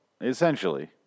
Essentially